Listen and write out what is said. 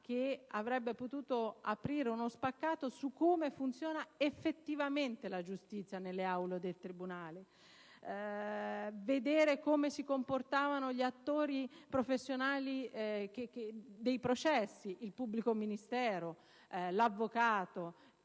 che avrebbe potuto aprire uno spaccato su come funziona effettivamente la giustizia nelle aule dei tribunali. Si poteva vedere come si comportavano gli attori professionali dei processi: il pubblico ministero, l'avvocato,